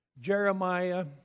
Jeremiah